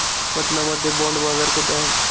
पटना मध्ये बॉंड बाजार कुठे आहे?